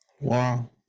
wow